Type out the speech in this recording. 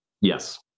yes